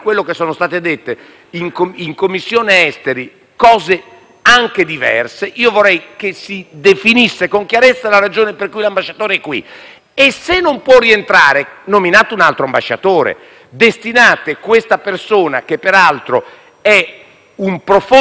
anche diverse. Vorrei dunque che si definisse con chiarezza la ragione per cui l'ambasciatore è qui. Se non può rientrare, nominatene un altro e destinate questa persona - che, peraltro, è un profondo conoscitore del mondo arabo - a fare qualche cos'altro; se il nostro